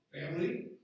family